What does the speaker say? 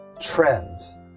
trends